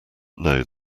know